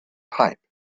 pipe